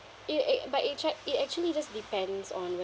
it it but it check it actually just depends on the